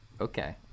Okay